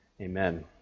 amen